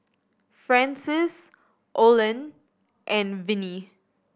Francis Olen and Vinnie